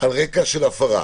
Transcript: על רקע של הפרה.